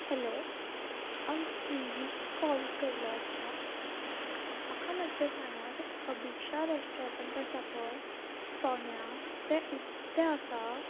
hello हांवे स्विगीक call केल्लो आसा म्हाका मातशें सांगात अभिक्षा रेस्टॉरंट आसा पळय फोंड्या तें उक्तें आसा